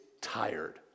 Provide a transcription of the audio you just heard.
tired